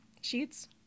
sheets